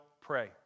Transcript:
pray